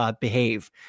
behave